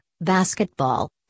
basketball